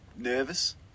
nervous